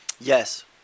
Yes